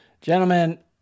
gentlemen